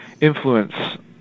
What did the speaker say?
influence